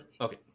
okay